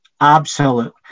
absolute